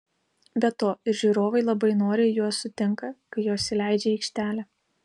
be to ir žiūrovai labai noriai juos sutinka kai juos įleidžia į aikštelę